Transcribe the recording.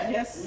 Yes